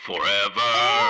Forever